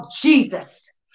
Jesus